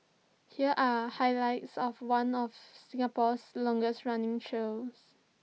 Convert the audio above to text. here are highlights of one of Singapore's longest running shows